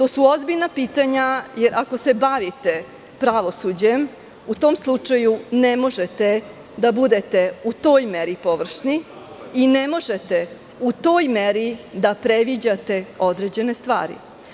Ako se bavite pravosuđem, u tom slučaju ne možete da budete u toj meri površni i ne možete u toj meri da predviđate određene stvari.